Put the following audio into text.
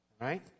Right